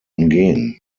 umgehen